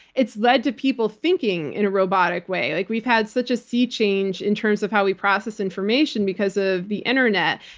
it's led to people thinking in a robotic way. like we've had such a sea change in terms of how we process information because of the internet.